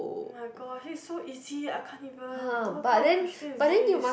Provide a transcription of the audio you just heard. my god it is so easy I can't even what kind of question is this